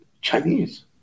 Chinese